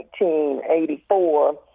1984